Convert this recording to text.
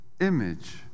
image